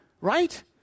right